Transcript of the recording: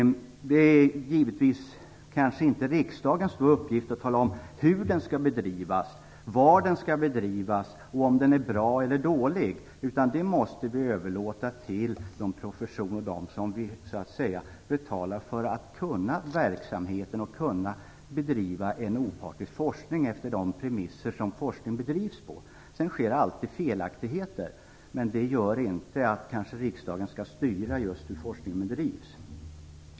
Det är kanske inte riksdagens uppgift att tala om hur forskningen skall bedrivas, var den skall bedrivas och om den är bra eller dålig. Det måste vi överlåta till de professionella - dem vi betalar för att kunna verksamheten och bedriva en opartisk forskning efter de premisser som forskning bedrivs på. Det sker alltid felaktigheter, men det gör inte att riksdagen skall styra just hur forskningen bedrivs.